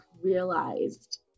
realized